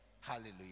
hallelujah